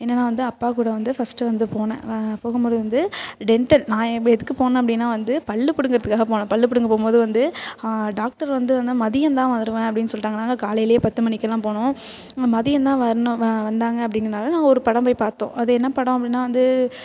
என்னன்னா வந்து அப்பாக்கூட வந்து ஃபஸ்ட்டு வந்து போனேன் போகும்போது வந்து டென்ட்டல் நான் இப்போ எதுக்கு போனேன் அப்படின்னா வந்து பல் பிடுங்குறதுக்காக போனேன் பல் பிடுங்க போகும்போது வந்து டாக்டர் வந்து வந்து மதியந்தான் வந்து வருவேன் அப்டின்னு சொல்லிட்டாங்க நாங்கள் காலையிலேயே பத்து மணிக்கெல்லாம் போனோம் மதியந்தான் வரணும் வந்தாங்க அப்டிங்குறதுனால நாங்கள் ஒரு படம் போய் பார்த்தோம் அது என்ன படம் அப்படின்னா வந்து